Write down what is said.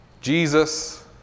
Jesus